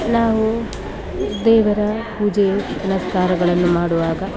ನಾವು ದೇವರ ಪೂಜೆ ಪುನಸ್ಕಾರಗಳನ್ನು ಮಾಡುವಾಗ